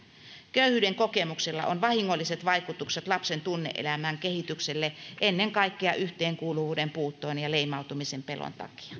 köyhyyden kokemuksella on vahingolliset vaikutukset lapsen tunne elämän kehitykseen ennen kaikkea yhteenkuuluvuuden puutteen ja leimautumisen pelon takia